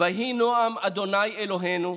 "ויהי נעם ה' אלהינו